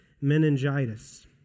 meningitis